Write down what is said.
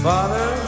Father